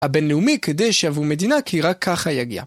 הבינלאומי כדי שאבו מדינה כי רק ככה יגיע.